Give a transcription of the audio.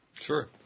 Sure